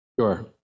Sure